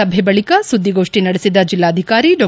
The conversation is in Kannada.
ಸಭೆ ಬಳಕ ಸುದ್ದಿಗೋಷ್ಟಿ ನಡೆಸಿದ ಜಿಲ್ಲಾಧಿಕಾರಿ ಡಾ